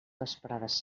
vesprades